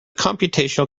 computational